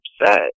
upset